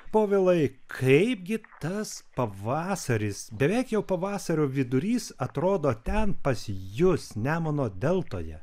povilai kaipgi tas pavasaris beveik jau pavasario vidurys atrodo ten pas jus nemuno deltoje